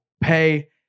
pay